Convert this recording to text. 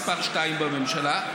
מספר שתיים בממשלה,